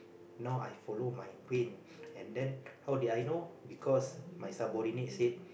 now I follow my brain and then how did I know because my subordinate said